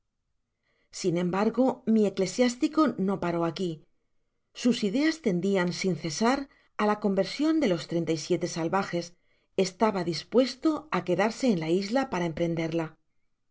sin embargo mi eclesiástico no paró aqui sus ideas tendian sin cesar á la conversion de los treinta y siete sal vajes estaba dispuesto á quedarse en la isla para emprenderla